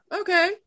okay